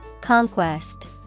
Conquest